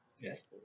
Yes